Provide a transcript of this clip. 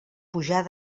pujar